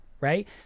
right